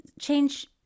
change